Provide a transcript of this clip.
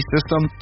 System